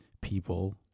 people